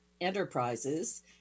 Enterprises